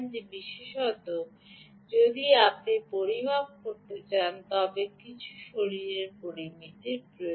বিশেষত যদি আপনি পরিমাপ করতে চান তবে কিছু শরীরের পরামিতি জানেন